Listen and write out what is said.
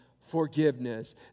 forgiveness